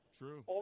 true